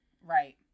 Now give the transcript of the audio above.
right